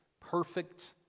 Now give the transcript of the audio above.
perfect